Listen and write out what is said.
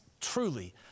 truly